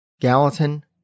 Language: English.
Gallatin